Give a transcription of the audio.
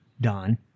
Don